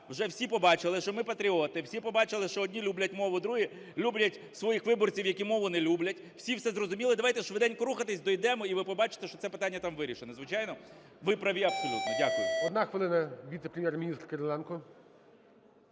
Вже всі побачили, що ми патріоти, всі побачили, що одні люблять мову, другі люблять своїх виборців, які мову не люблять. Всі все зрозуміли, давайте швиденько рухатись, дійдемо - і ви побачите, що це питання там вирішене. Звичайно, ви праві абсолютно. Дякую. ГОЛОВУЮЧИЙ. Одна хвилина - віце-прем'єр-міністр Кириленко.